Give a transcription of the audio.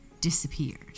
disappeared